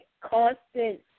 constant